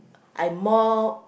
I mop